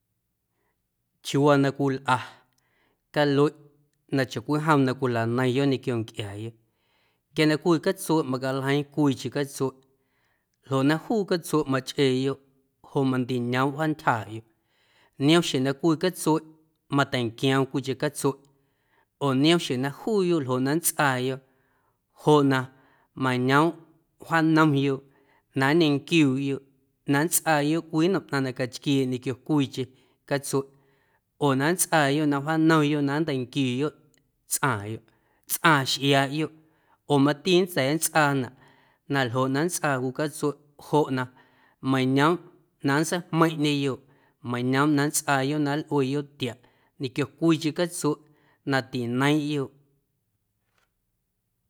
Chiuuwaa na cwilꞌa calueꞌ na chacwijomn na cwilaneiⁿyoꞌ ñequio ncꞌiaayoꞌ quia na cwii catsueꞌ macaljeiiⁿ cwiicheⁿ catsueꞌ ljoꞌ na juu catsueꞌ machꞌeeyoꞌ joꞌ mandiñoomꞌ jaantyjaaꞌyoꞌ niom xjeⁿ na cwii catsueꞌ mateinquioom cwiicheⁿ catsueꞌ oo niom xjeⁿ na juuyoꞌ ljoꞌ na nntsꞌaayoꞌ joꞌ na mañoomꞌ wjaanomyoꞌ na nñenquiuuꞌyoꞌ na nntsꞌaayoꞌ cwii nnom na caxquieeꞌ ñequio cwiicheⁿ catsueꞌ oo na nntsꞌaayoꞌ na wjaanomyoꞌ na nnteinquiuyoꞌ tsꞌaaⁿyoꞌ, tsꞌaaⁿ xꞌiaaꞌyoꞌ oo mati nnda̱a̱ nntsꞌaanaꞌ na ljoꞌ na nntsꞌaa cwii catsueꞌ joꞌ na mañoomꞌ na nntseijmeiⁿꞌñeyoꞌ meiⁿñoomꞌ na nntsꞌaayoꞌ na nlꞌueyoꞌ tiaꞌ ñequio cwiicheⁿ catsueꞌ na tineiⁿꞌyoꞌ